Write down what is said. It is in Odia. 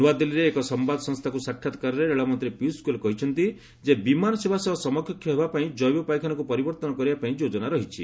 ନୂଆଦିଲ୍ଲୀରେ ଏକ ସମ୍ଭାଦ ସଂସ୍ଥାକ୍ତ ସାକ୍ଷାତକାରରେ ରେଳମନ୍ତ୍ରୀ ପୀୟଷ ଗୋଏଲ କହିଛନ୍ତି ଯେ ବିମାନ ସେବା ସହ ସମକକ୍ଷ ହେବା ପାଇଁ ଜୈବ ପାଇଖାନାକୁ ପରିବର୍ତ୍ତନ କରିବା ପାଇଁ ଯୋକନା ରହିଛି